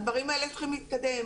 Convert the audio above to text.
הדברים האלה צריכים להתקדם.